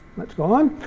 let's go on.